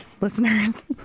listeners